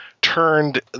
turned